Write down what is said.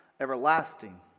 everlasting